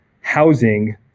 housing